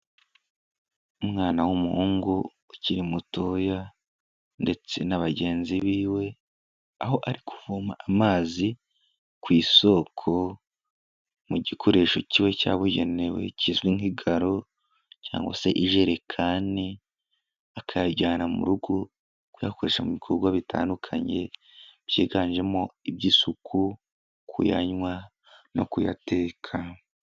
Umwana w'umuhungu ukiri mutoya ndetse na bagenzi biwe. Aho ari kuvoma amazi ku isoko mu gikoresho kiba cyabugenewe kizwi nk'igaro cyangwa se ijerekani. Akayajyana mu rugo kuyakoresha mu bikorwa bitandukanye, byiganjemo iby'isuku, kuyanywa no kuyateka.